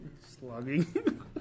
Slugging